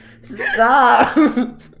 Stop